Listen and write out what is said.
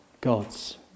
gods